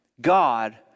God